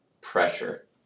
pressure